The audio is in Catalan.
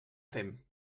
fem